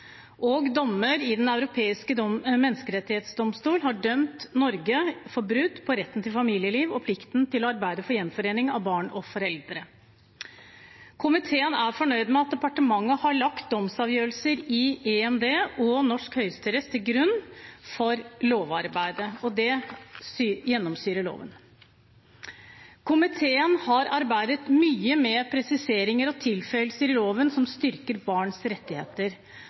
og dommer i Den europeiske menneskerettighetsdomstol, EMD, har dømt Norge for brudd på retten til familieliv og plikten til å arbeide for gjenforening av barn og foreldre. Komiteen er fornøyd med at departementet har lagt domsavgjørelser i EMD og norsk høyesterett til grunn for lovarbeidet. Det gjennomsyrer loven. Komiteen har arbeidet mye med presiseringer og tilføyelser i loven som styrker barns rettigheter,